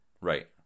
Right